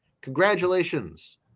Congratulations